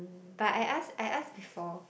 but I ask I ask before